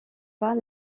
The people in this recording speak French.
pas